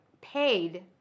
paid